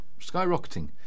skyrocketing